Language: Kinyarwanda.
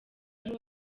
ari